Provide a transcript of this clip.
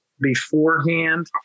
beforehand